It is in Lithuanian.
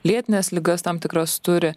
lėtines ligas tam tikras turi